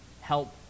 help